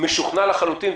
אני משוכנע לחלוטין,